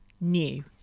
new